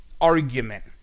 argument